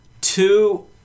two